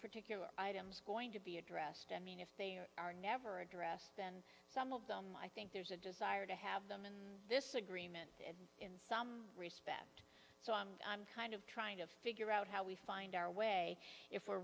particular items going to be addressed i mean if they are never addressed then some of them i think there's a desire to have them in this agreement in some respect so i'm i'm kind of trying to figure out how we find our way if we